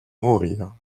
mourir